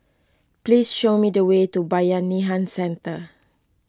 please show me the way to Bayanihan Centre